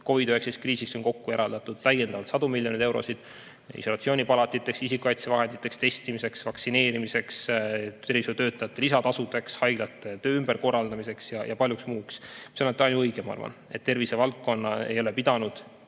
COVID-19 kriisis on kokku eraldatud täiendavalt sadu miljoneid eurosid isolatsioonipalatiteks, isikukaitsevahenditeks, testimiseks, vaktsineerimiseks, tervishoiutöötajate lisatasudeks, haiglate töö ümberkorraldamiseks ja paljuks muuks. See on olnud ainuõige, ma arvan, et tervisevaldkonnas ei ole pidanud